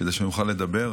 כדי שאוכל לדבר.